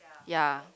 ya